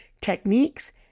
techniques